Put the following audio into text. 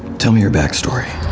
tell me your backstory.